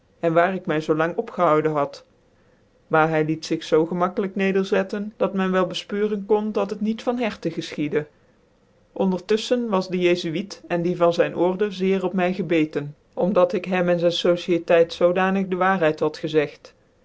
cn waar ik my zoo lang opgehouden had maar hy liet zig zoo gemakkelijk nederzetten dat men wel befpeuren kondc dat het niet van herte gcfchicdc ondertuflchcn was de jcfuit en die van zijn order zeer op my gebecten om dat ik hem cn zijn sociëteit zoodanig de waarheid had gezegt